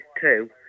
two